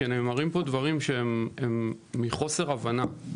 כי נאמרים פה דברים שהם מחוסר הבנה.